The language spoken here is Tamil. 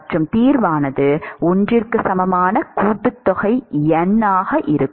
மற்றும் தீர்வானது 1 க்கு சமமான கூட்டுத்தொகை n ஆக இருக்கும்